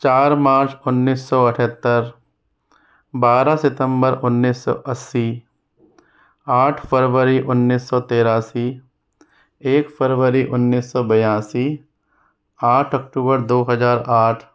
चार मार्च उन्नीस सौ अठत्तर बारह सितंबर उन्नीस सौ अस्सी आठ फरवरी उन्नीस सौ तिरासी एक फरवरी उन्नीस सौ बयासी अक्टूबर दो हजार आठ